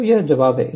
तो यह जवाब है